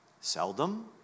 Seldom